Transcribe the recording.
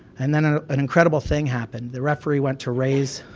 and then ah an incredible thing happened, the referee went to raise